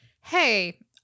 Hey